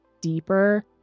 deeper